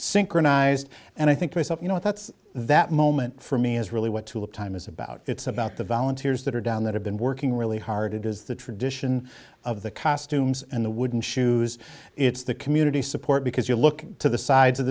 synchronized and i think this up you know that's that moment for me is really what tulip time is about it's about the volunteers that are down that have been working really hard it is the tradition of the costumes and the wooden shoes it's the community support because you look to the sides of